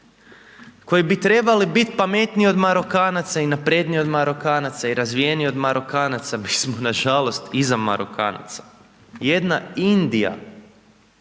koji bi trebali biti pametniji od Marokanaca i napredniji od Marokanaca i razvijeniji od Marokanaca mi smo nažalost iza Marokanaca. Jedna Indija,